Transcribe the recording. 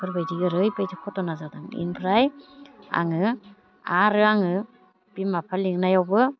बेफोरबायदि ओरैबायदि घटना जादों बेनिफ्राय आङो आरो आङो बिमा बिफा लिंनायावबो